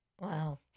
Wow